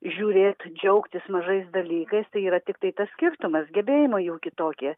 žiūrėt džiaugtis mažais dalykais tai yra tiktai tas skirtumas gebėjimai jų kitokie